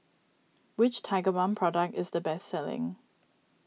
which Tigerbalm product is the best selling